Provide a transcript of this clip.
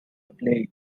plague